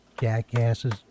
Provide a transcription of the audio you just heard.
jackasses